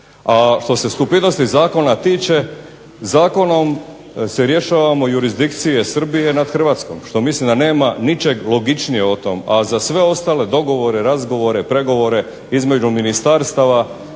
A što se stupidnosti zakona tiče zakonom se rješavamo jurisdikcije Srbije nad Hrvatskom što mislim da nema ničeg logičnijeg o tom, a za sve ostale dogovore, razgovore, pregovore između ministarstava,